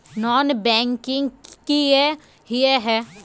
Non banking किए हिये है?